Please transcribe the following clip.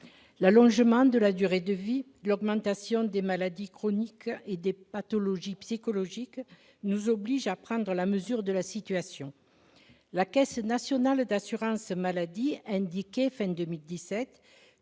L'allongement de la durée de vie et l'augmentation des maladies chroniques et des pathologies psychiatriques nous obligent à prendre la mesure de la situation. La Caisse nationale d'assurance maladie des